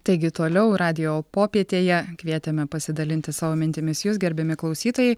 taigi toliau radijo popietėje kvietėme pasidalinti savo mintimis jus gerbiami klausytojai